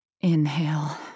Inhale